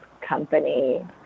company